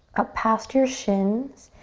up past your shins.